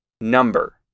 number